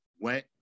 went